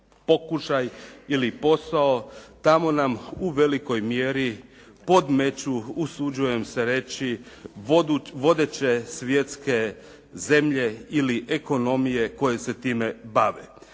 pokušaj ili posao, tamo nam u velikoj mjeri podmeću usuđujem se reći vodeće svjetske zemlje ili ekonomije koje se time bave.